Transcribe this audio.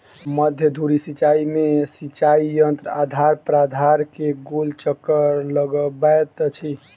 मध्य धुरी सिचाई में सिचाई यंत्र आधार प्राधार के गोल चक्कर लगबैत अछि